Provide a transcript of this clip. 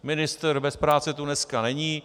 Ministr bez práce tu dneska není.